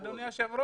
אדוני היושב ראש,